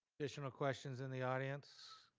additional questions in the audience?